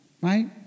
Right